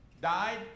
died